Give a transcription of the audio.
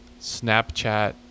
Snapchat